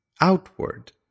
outward